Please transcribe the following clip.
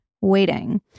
waiting